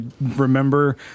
remember